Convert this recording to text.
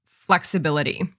flexibility